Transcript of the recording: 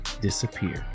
disappear